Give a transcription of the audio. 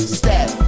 step